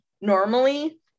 normally